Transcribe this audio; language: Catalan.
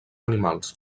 animals